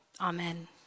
Amen